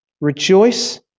Rejoice